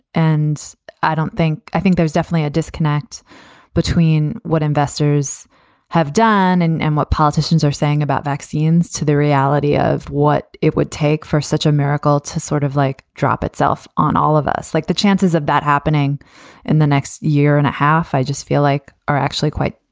and i don't think i think there's definitely a disconnect between what investors have done and and what politicians are saying about vaccines to the reality of what it would take for such a miracle to sort of like drop itself on all of us. like, the chances of that happening in the next year and a half, i just feel like are actually quite,